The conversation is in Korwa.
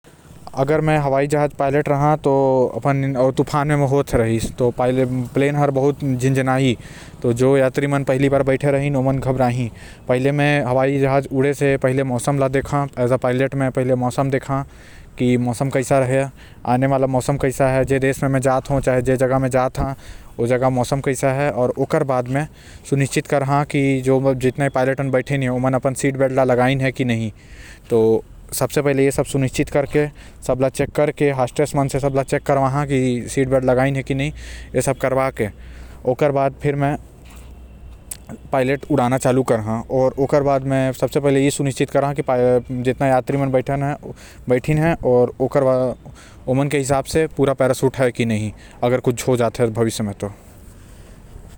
अगर मैं हवाई जहाज के पायलट राहु आऊ तूफान म फंस जाऊ। त पहिले त मै यात्री मन ल सावधान आऊ शांत करही आऊ सबसे पहिले जहाज उड़ाए से पहिले मौसम के जानकारी ला लहू।